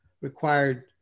required